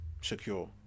secure